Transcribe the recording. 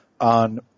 on